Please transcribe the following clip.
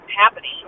happening